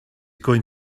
going